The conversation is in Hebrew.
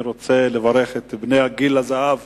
אני רוצה לברך את בני גיל הזהב